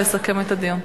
לסכם את הדיון.